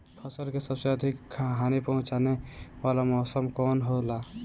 फसल के सबसे अधिक हानि पहुंचाने वाला मौसम कौन हो ला?